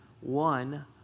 one